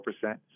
percent